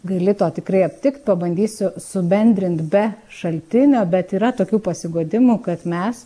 gali to tikrai aptikt pabandysiu subendrint be šaltinio bet yra tokių pasiguodimų kad mes